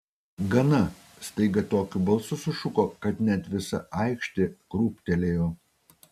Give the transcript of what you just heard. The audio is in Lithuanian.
gana staiga tokiu balsu sušuko kad net visa aikštė krūptelėjo